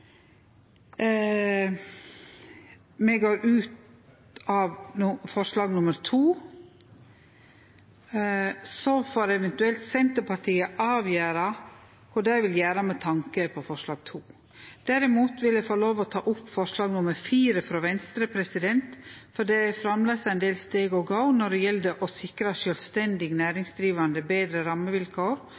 me går ut av forslag nr. 2 – så får Senterpartiet eventuelt avgjere kva dei vil gjere med tanke på forslag nr. 2. Derimot vil eg få lov til å ta opp forslag nr. 4, frå Venstre, for det er framleis ein del steg å gå når det gjeld å sikre sjølvstendig næringsdrivande betre rammevilkår.